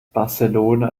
barcelona